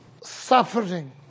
suffering